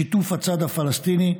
שיתוף הצד הפלסטיני,